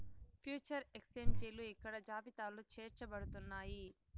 future ఎక్స్చేంజిలు ఇక్కడ జాబితాలో చేర్చబడుతున్నాయి